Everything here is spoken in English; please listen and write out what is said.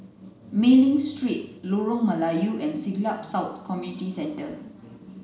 Mei Ling Street Lorong Melayu and Siglap South Community Centre